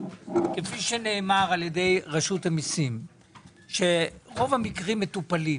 נאמר על-ידי רשות המיסים שרוב המקרים מטופלים.